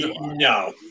no